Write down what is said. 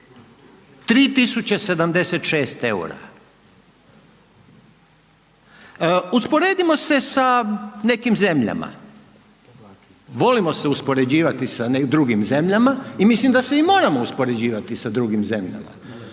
3.076 EUR-a. Usporedimo se sa nekim zemljama, volimo se uspoređivati sa drugim zemljama i mislim da se i moramo uspoređivati sa drugim zemljama.